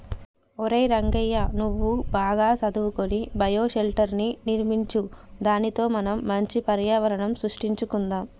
ఒరై రంగయ్య నువ్వు బాగా సదువుకొని బయోషెల్టర్ర్ని నిర్మించు దానితో మనం మంచి పర్యావరణం సృష్టించుకొందాం